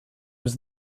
was